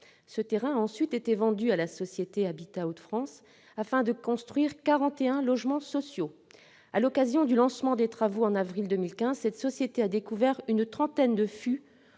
Ce terrain a ensuite été vendu à la société Habitat Hauts-de-France, afin de construire quarante et un logements sociaux. À l'occasion du lancement des travaux, en avril 2015, cette société a découvert une trentaine de fûts